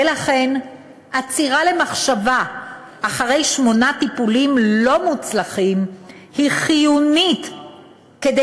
ולכן עצירה למחשבה אחרי שמונה טיפולים לא מוצלחים היא חיונית כדי